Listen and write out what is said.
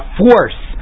force